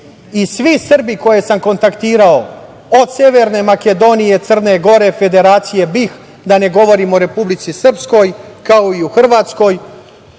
Srbi koje sam kontaktirao od Severne Makedonije, Crne Gore, Federacije BiH, da ne govorim o Republici Srpskoj, kao i o Hrvatskoj,